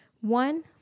one